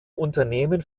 unternehmen